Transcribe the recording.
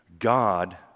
God